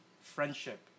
friendship